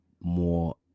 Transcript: more